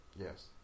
Yes